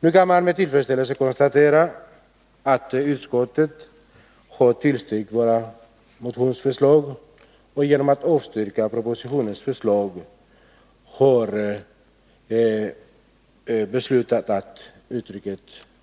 Nu kan man med tillfredsställelse konstatera att utskottet har tillstyrkt våra motionsförslag och genom att avstyrka propositionens förslag har intagit ståndpunkten att uttrycket